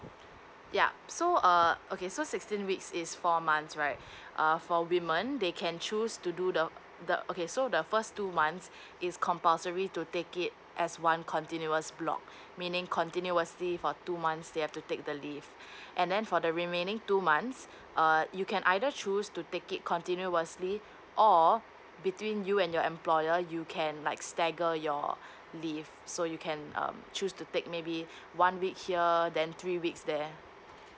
yeah so uh okay so sixteen weeks is four months right uh for women they can choose to do the the okay so the first two months it's compulsory to take it as one continuous block meaning continuously for two months they have to take the leave and then for the remaining two months uh you can either choose to take it continuously or between you and your employer you can like stagger your leave so you can um choose to take maybe one week here then three weeks there